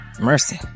Mercy